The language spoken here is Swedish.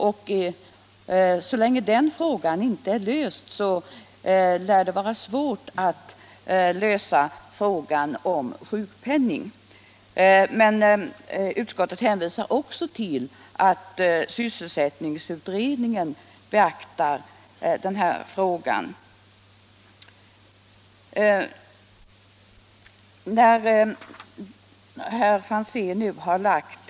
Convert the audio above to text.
Så länge frågan om de ekonomiska villkoren inte är löst lär det vara svårt att lösa frågan om sjukpenning. Arbetsmarknadsutskottet hänvisar också till att sysselsättningsutredningen prövar frågor om de ekonomiska villkoren för praktikanter.